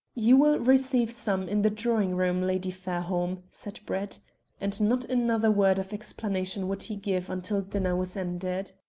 you will receive some in the drawing-room, lady fairholme, said brett and not another word of explanation would he give until dinner was ended.